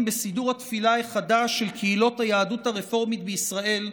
בסידור התפילה החדש של הקהילות הרפורמיות בישראל,